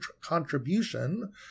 contribution